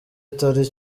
atari